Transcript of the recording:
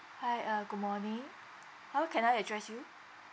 hi uh good morning how can I address you